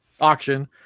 auction